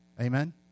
Amen